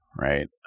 right